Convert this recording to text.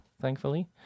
thankfully